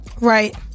Right